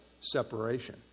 separation